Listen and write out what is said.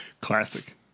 Classic